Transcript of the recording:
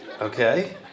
Okay